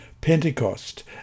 Pentecost